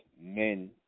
men